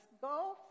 go